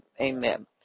Amen